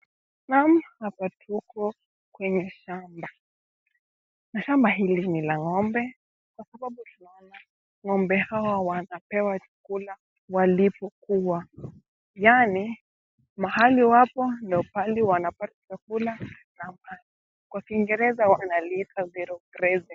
Naam hapa tuko kwenye shamba na shamba hili ni la ngombe kwa sababu tunaona ngombe hawa wanapewa chakula walipokuwa. Yani mahali wapo ndo pahali wanapata chakula na maji. Kwa Kiingereza wanaliita zero grazing